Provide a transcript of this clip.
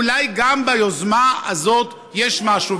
אולי גם ביוזמה הזאת יש משהו,